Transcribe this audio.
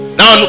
now